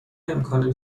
امکان